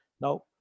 now